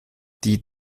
die